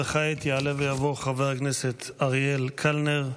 כעת יעלה ויבוא חבר הכנסת אריאל קלנר,